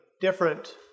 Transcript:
different